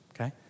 Okay